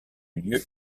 lieu